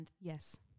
Yes